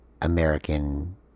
American